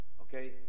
okay